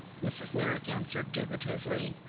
mrs. meyrick answered, dubitatively.